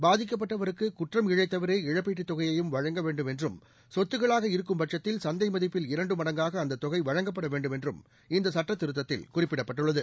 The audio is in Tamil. பாதிக்கப்பட்டவருக்கு குற்றம் இழழத்தவரே இழப்பீட்டுத் தொகையையும் வழங்க வேண்டும் என்றும் சொத்துக்களாக இருக்கும்பட்சத்தில் சந்தை மதிப்பில் இரண்டு மடங்காக அந்த தொகை வழங்கப்பட வேண்டும் என்றும் இந்த சட்டத்திருத்தத்தில் குறிப்பிடப்பட்டுள்ளது